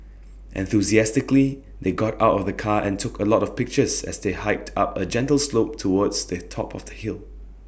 enthusiastically they got out of the car and took A lot of pictures as they hiked up A gentle slope towards the top of the hill